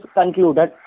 concluded